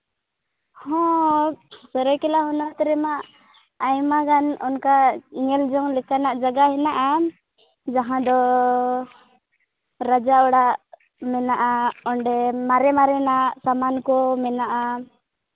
ᱦᱮᱸ ᱥᱟᱹᱨᱟᱹᱭᱠᱮᱞᱟ ᱦᱚᱱᱚᱛ ᱨᱮᱢᱟ ᱟᱭᱢᱟ ᱜᱟᱱ ᱚᱱᱠᱟ ᱧᱮᱞ ᱡᱚᱝ ᱞᱮᱠᱟᱱᱟᱜ ᱡᱟᱭᱜᱟ ᱦᱮᱱᱟᱜᱼᱟ ᱡᱟᱦᱟᱸ ᱫᱚ ᱨᱟᱡᱟ ᱚᱲᱟᱜ ᱢᱮᱱᱟᱜᱼᱟ ᱚᱸᱰᱮ ᱢᱟᱨᱮ ᱢᱟᱨᱮᱱᱟᱜ ᱥᱟᱢᱟᱱ ᱠᱚ ᱢᱮᱱᱟᱜᱼᱟ